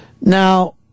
Now